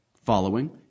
Following